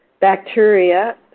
bacteria